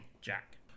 Jack